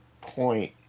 point